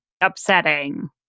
upsetting